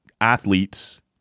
athletes